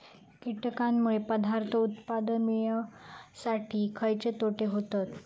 कीटकांनमुळे पदार्थ उत्पादन मिळासाठी खयचे तोटे होतत?